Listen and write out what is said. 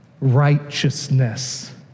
righteousness